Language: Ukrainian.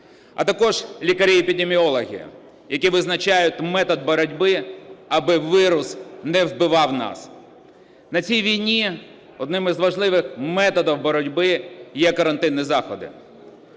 а також лікарі-епідеміологи, які визначають метод боротьби, аби вірус не вбивав нас. На цій війні одним із важливих методів боротьби є карантинні заходи.